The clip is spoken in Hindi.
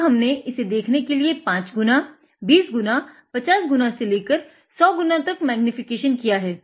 अब हमने इसे देखने के लिए 5 गुना 20 गुना 50 गुना से लेकर 100 गुना तक मैग्नीकेशन किया है